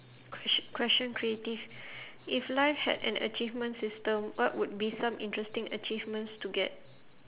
ques~ question creative if life had an achievement system what would be some interesting achievements to get